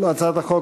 הצעת החוק,